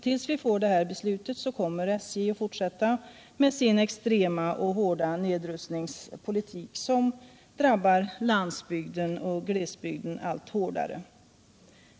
Tills vi fattat detta nya beslut kommer SJ att fortsätta med sin extrema och hårda nedrustningspolitik, som drabbar landsbygden och glesbygden allt hårdare.